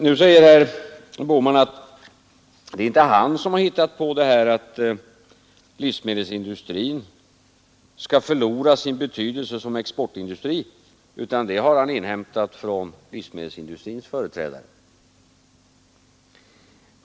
Nu säger herr Bohman att det är inte han som hittat på att livsmedelsindustrin skulle förlora sin betydelse som exportindustri, utan han har inhämtat det från livsmedelsindustrins företrädare.